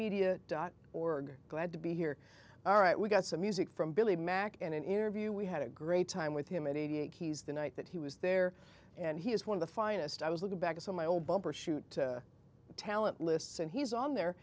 media dot org glad to be here all right we got some music from billy mack and an interview we had a great time with him in eighty eight keys the night that he was there and he is one of the finest i was looking back i saw my old bumbershoot talent lists and he's on there